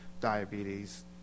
diabetes